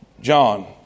John